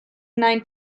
nine